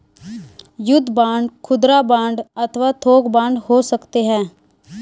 युद्ध बांड खुदरा बांड अथवा थोक बांड हो सकते हैं